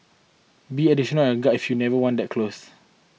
be additionally on your guard if you were never want that close